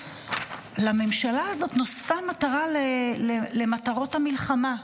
נוספה מטרה למטרות המלחמה: